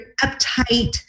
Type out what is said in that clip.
uptight